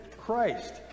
Christ